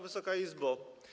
Wysoka Izbo!